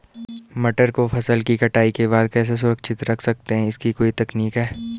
मटर को फसल कटाई के बाद कैसे सुरक्षित रख सकते हैं इसकी कोई तकनीक है?